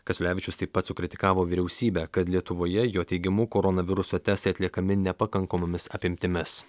kasiulevičius taip pat sukritikavo vyriausybę kad lietuvoje jo teigimu koronaviruso testai atliekami nepakankamomis apimtimis